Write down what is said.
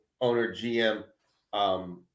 owner-GM